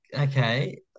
okay